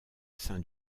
sein